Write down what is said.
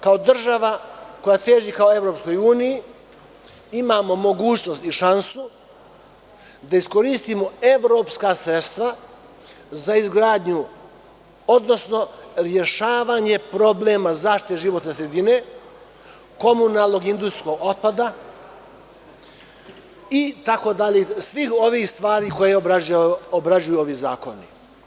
Kao država koja teži ka EU imamo mogućnost i šansu da iskoristimo evropska sredstva za izgradnju, odnosno rešavanje problema zaštite životne sredine, komunalnog industrijskog otpada, itd. i svih ovih stvari koje obrađuju ovi zakoni.